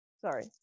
Sorry